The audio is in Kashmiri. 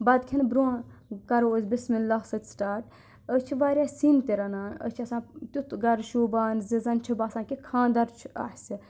بَتہٕ کھؠن برونٛہہ کَرو أسۍ بِسمِہ اللہ سۭتۍ سٕٹاٹ أسۍ چھِ واریاہ سِنۍ تہِ رَنان أسۍ چھِ آسان تِیُتھ گَرٕ شوٗبان زِ زَن چھُ باسان کہِ خانٛدَر چھُ اَسہِ